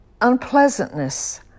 unpleasantness